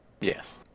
Yes